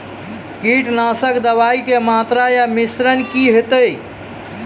कीटनासक दवाई के मात्रा या मिश्रण की हेते?